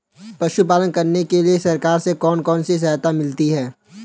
पशु पालन करने के लिए सरकार से कौन कौन सी सहायता मिलती है